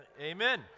Amen